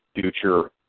future